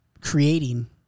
creating